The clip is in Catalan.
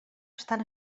estan